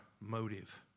motive